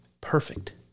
perfect